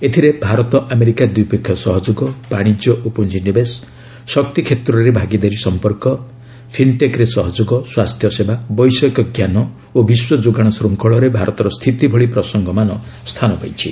ଏଥିରେ ଭାରତ ଆମେରିକା ଦ୍ୱିପକ୍ଷୀୟ ସହଯୋଗ ବାଣିଜ୍ୟ ଓ ପୁଞ୍ଜି ନିବେଶ ଶକ୍ତି କ୍ଷେତ୍ରରେ ଭାଗିଦାରୀ ସଂପର୍କ ଫିନ୍ଟେକ୍ରେ ସହଯୋଗ ସ୍ୱାସ୍ଥ୍ୟସେବା ବୈଷୟିକ ଜ୍ଞାନ ଓ ବିଶ୍ୱ ଯୋଗାଣ ଶୂଙ୍ଖଳରେ ଭାରତର ସ୍ଥିତି ଭଳି ପ୍ରସଙ୍ଗମାନ ସ୍ଥାନ ପାଇଛି